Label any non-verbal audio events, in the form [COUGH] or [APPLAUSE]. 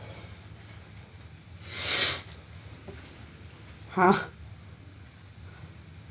[NOISE] !huh!